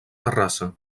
terrassa